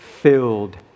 Filled